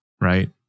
right